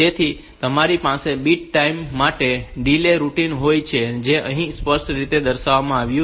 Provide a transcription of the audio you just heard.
તેથી તમારી પાસે બીટ ટાઈમ માટે ડીલે રૂટિન હોય છે જે અહીં સ્પષ્ટ રીતે દર્શાવવામાં આવ્યું નથી